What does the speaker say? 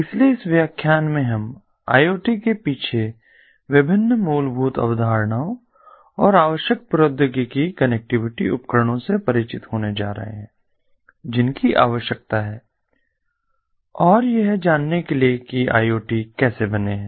इसलिए इस व्याख्यान में हम आई ओ टी के पीछे विभिन्न मूलभूत अवधारणाओं और आवश्यक प्रौद्योगिकी कनेक्टिविटी उपकरणों से परिचित होने जा रहे हैं जिनकी आवश्यकता है और यह जानने के लिए कि आई ओ टी कैसे बने हैं